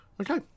Okay